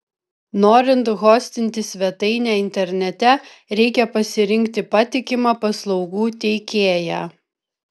norint hostinti svetainę internete reikia pasirinkti patikimą paslaugų teikėją